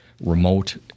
remote